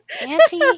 Auntie